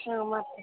ಹಾಂ ಮಾಡ್ತೀನಿ